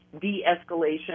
de-escalation